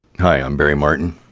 hi i'm barry martin.